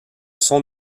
sont